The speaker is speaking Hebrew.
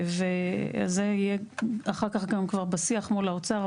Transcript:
ועל זה יהיה אחר כך כבר בשיח מול האוצר,